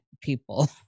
people